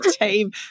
team